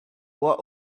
what